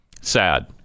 Sad